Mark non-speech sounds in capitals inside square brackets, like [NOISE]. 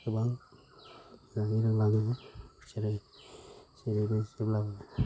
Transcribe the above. गोबां [UNINTELLIGIBLE] जेरै जेरैबो जेब्लाबो